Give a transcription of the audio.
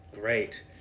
Great